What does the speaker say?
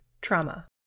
trauma